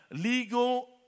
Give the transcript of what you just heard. legal